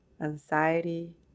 anxiety